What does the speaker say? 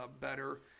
better